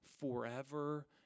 forever